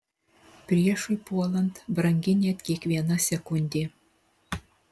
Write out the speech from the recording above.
priešui puolant brangi net kiekviena sekundė